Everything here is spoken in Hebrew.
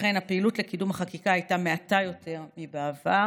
ולכן הפעילות לקידום החקיקה הייתה מעטה יותר מבעבר,